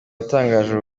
yatangaje